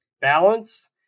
balance